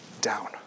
down